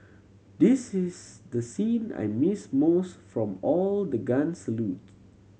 this is the scene I missed most from all the guns salute